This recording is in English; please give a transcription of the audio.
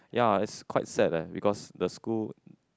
ya is quite sad leh because the school